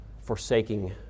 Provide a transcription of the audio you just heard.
forsaking